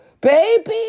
baby